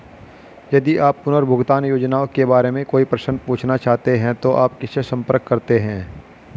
यदि आप पुनर्भुगतान योजनाओं के बारे में कोई प्रश्न पूछना चाहते हैं तो आप किससे संपर्क करते हैं?